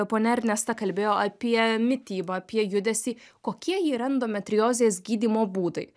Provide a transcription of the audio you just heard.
ponia ernesta kalbėjo apie mitybą apie judesį kokie yra endometriozės gydymo būdai